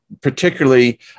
particularly